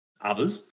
others